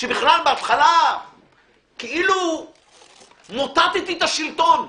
שבכלל בהתחלה כאילו מוטטתי את השלטון.